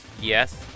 yes